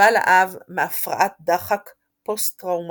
סבל האב מהפרעת דחק פוסט-טראומטית,